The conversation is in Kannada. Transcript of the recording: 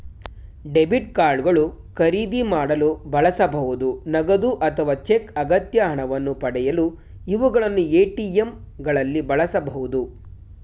ಡೆಬಿಟ್ ಕಾರ್ಡ್ ಗಳು ಖರೀದಿ ಮಾಡಲು ಬಳಸಬಹುದು ನಗದು ಅಥವಾ ಚೆಕ್ ಅಗತ್ಯ ಹಣವನ್ನು ಪಡೆಯಲು ಇವುಗಳನ್ನು ಎ.ಟಿ.ಎಂ ಗಳಲ್ಲಿ ಬಳಸಬಹುದು